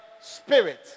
spirit